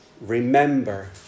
remember